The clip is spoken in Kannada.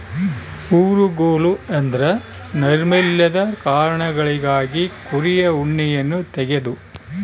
ಊರುಗೋಲು ಎಂದ್ರ ನೈರ್ಮಲ್ಯದ ಕಾರಣಗಳಿಗಾಗಿ ಕುರಿಯ ಉಣ್ಣೆಯನ್ನ ತೆಗೆದು